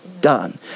done